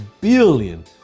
billion